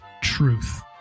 truth